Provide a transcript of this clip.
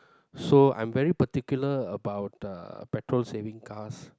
so I'm very particular about uh petrol saving cars